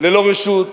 ללא רשות,